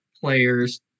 players